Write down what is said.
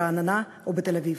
ברעננה או בתל-אביב.